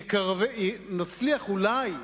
נצליח, אולי,